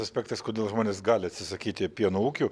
aspektas kodėl žmonės gali atsisakyti pieno ūkių